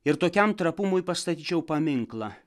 ir tokiam trapumui pastačiau paminklą